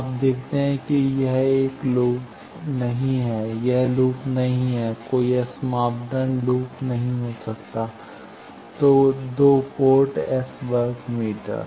आप देखते हैं कि यह एक लूप नहीं है यह लूप नहीं है कोई एस मापदंड लूप नहीं हो सकता है 2 पोर्ट एस वर्ग मीटर